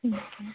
ਠੀਕ ਹੈ